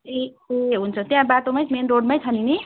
ए हुन्छ त्यहाँ बाटोमै मेन रोडमै छ नि नि